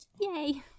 Yay